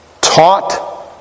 taught